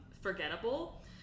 forgettable